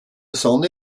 sonne